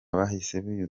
bahise